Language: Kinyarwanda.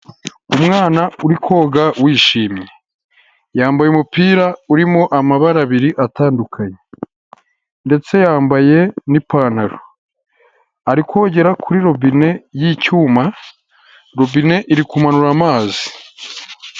Umwana uri koga wishimye yambaye umupira urimo amabara abiri atandukanye ndetse yambaye n'ipantaro, arigera kuri robine y'icyuma robine iri kumanura amazi.